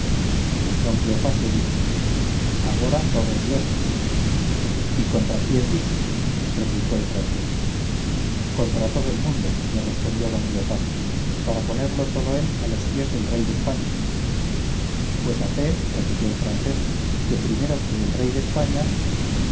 don cleofás le dijo agora todo es guerra y contra quién dicen replicó el francés contra todo el mundo le respondió don cleofás para ponerlo todo él a los pies del rey de españa pues a fe replió el francés que primero que el rey de españa